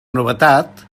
novetat